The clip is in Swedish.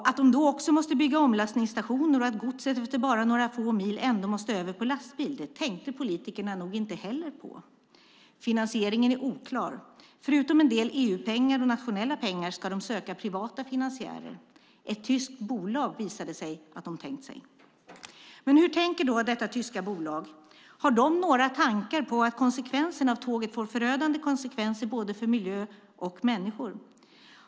Att de också måste bygga omlastningsstationer och att godset efter bara några få mil ändå måste över på lastbil tänkte politikerna nog inte heller på. Finansieringen är oklar. Förutom en del EU-pengar och nationella pengar ska de söka privata finansiärer. Det visar sig att de tänkt sig ett tyskt bolag. Men hur tänker då detta tyska bolag? Har de några tankar på att tåget får förödande konsekvenser för både miljö och människor?